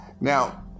Now